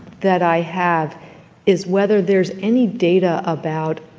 that i have is whether there's any data about,